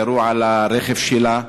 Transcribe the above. ירו על הרכב שלה.